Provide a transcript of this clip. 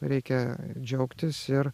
reikia džiaugtis ir